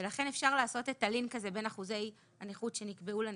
ולכן אפשר לעשות את הלינק הזה בין אחוזי הנכות שנקבעו לנכה,